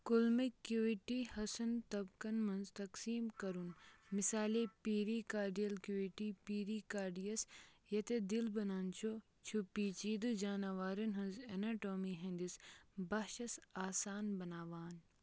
coelomic cavity حصَن طبقن منٛز تقسیٖم کَرُن مِثالے پیٖریکاڈِیَل کیُوِٹی پیٖریکاڈِیَس ییٚتٮ۪تھ دِل بَنان چھُ چھُ پیچیٖدٕ جاناوارَن ہٕنٛز اَناٹومی ہِنٛدِس بہٕ ہا چھَس آسان بناوان